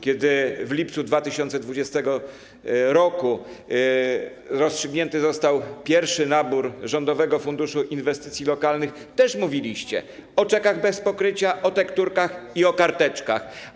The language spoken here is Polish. Kiedy w lipcu 2020 r. rozstrzygnięty został pierwszy nabór w ramach Rządowego Funduszu Inwestycji Lokalnych, też mówiliście o czekach bez pokrycia, o tekturkach i o karteczkach.